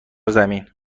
زمین